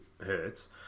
hurts